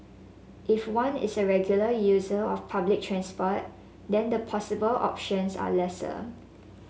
if one is a regular user of public transport then the possible options are lesser